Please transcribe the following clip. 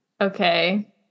Okay